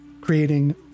creating